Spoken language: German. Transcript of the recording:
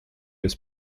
des